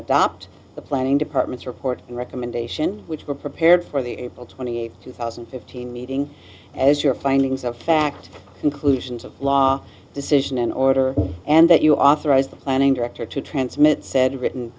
adopt the planning department's report and recommendation which were prepared for the april twenty eighth two thousand and fifteen meeting as your findings of fact conclusions of law decision and order and that you authorized the planning director to transmit said written